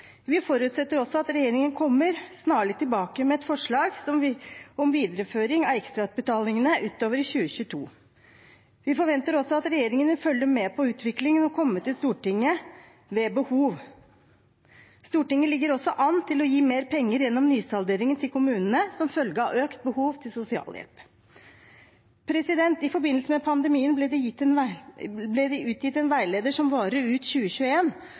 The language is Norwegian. Vi forutsetter også at regjeringen kommer snarlig tilbake med et forslag om videreføring av ekstrautbetalingene utover i 2022. Vi forventer videre at regjeringen vil følge med på utviklingen og komme til Stortinget ved behov. Stortinget ligger også an til å gi mer penger gjennom nysalderingen til kommunene som følge av økt behov til sosialhjelp. I forbindelse med pandemien ble det utgitt en